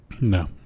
No